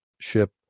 Ship